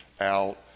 out